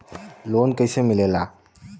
Loan कईसे मिलेला?